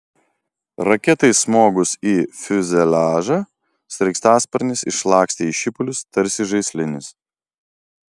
raketai smogus į fiuzeliažą sraigtasparnis išlakstė į šipulius tarsi žaislinis